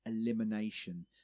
elimination